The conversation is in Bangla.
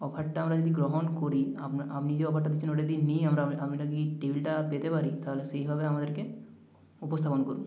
অফারটা আমরা যদি গ্রহণ করি আপনি যে অফারটা দিচ্ছেন ওইটা দিয়ে নিয়ে আমরা আমরা কি টেবিলটা পেতে পারি তাহলে সেইভাবে আমাদেরকে উপস্থাপন করুন